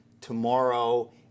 tomorrow